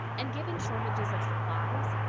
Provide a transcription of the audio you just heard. and given shortages of supplies,